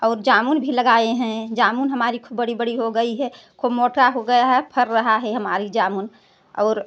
और जामुन भी लगाए हैं जामुन हमारी खूब बड़ी बड़ी हो गई है खूब मोटा हो गया है फर रहा है हमारी जामुन और